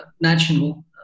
national